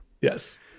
Yes